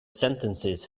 sentences